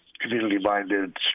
community-minded